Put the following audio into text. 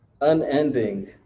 unending